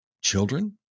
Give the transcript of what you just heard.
children